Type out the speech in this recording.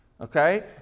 okay